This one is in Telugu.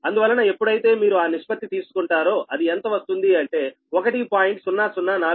అందువలన ఎప్పుడైతే మీరు ఆ నిష్పత్తి తీసుకుంటారో అది ఎంత వస్తుంది అంటే 1